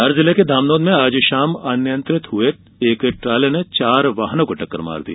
धार जिले के धामनोद में आज शाम अनियंत्रित हुए ट्राले ने चार वाहनों को टक्कर मार दी